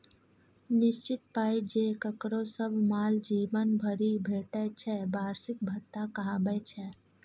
निश्चित पाइ जे ककरो सब साल जीबन भरि भेटय छै बार्षिक भत्ता कहाबै छै